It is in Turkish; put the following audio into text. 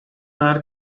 her